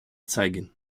zeigen